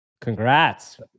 Congrats